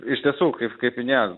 iš tiesų kaip kaip minėjom